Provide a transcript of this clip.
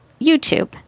YouTube